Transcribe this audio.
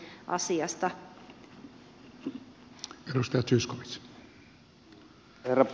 herra puhemies